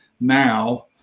now